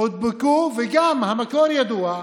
נדבקו, וגם המקור ידוע,